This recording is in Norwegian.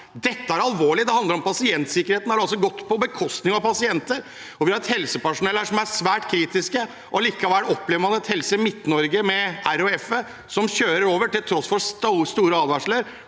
Dette er alvorlig. Det handler om pasientsikkerheten. Det har altså gått på bekostning av pasientene. Vi har et helsepersonell som er svært kritiske, og allikevel opplever man at Helse Midt-Norge RHF kjører over, til tross for sterke advarsler